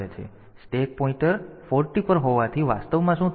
તેથી stack pointer 40 પર હોવાથી વાસ્તવમાં શું થાય છે